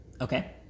Okay